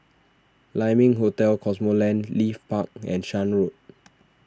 Lai Ming Hotel Cosmoland Leith Park and Shan Road